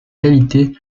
qualités